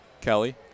Kelly